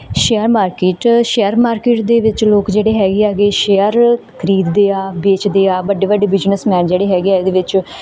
share market share market ਦੇ ਵਿੱਚ ਲੋਕ ਜਿਹੜੇ ਹੈਗੇ ਹੈਗੇ ਸ਼ੇਅਰ ਖਰੀਦਦੇ ਆ ਵੇਚਦੇ ਆ ਵੱਡੇ ਵੱਡੇ ਬਿਜ਼ਨਸਮੈਨ ਜਿਹੜੇ ਹੈਗੇ ਇਹਦੇ ਵਿੱਚ